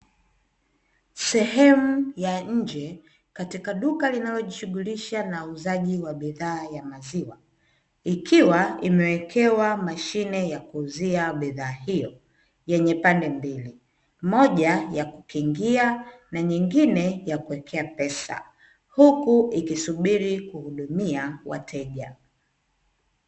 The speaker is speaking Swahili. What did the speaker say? Sehemu ya nje katika duka inayojihusisha na uuzaji wa bidhaa ya maziwa, ikiwa imewekewa mashine ya kuuzia bidhaa hiyo yenye pande mbili, moja ya kukingia na moja ya kuwekea pesa, huku ikisubiri kuhudumia wateja.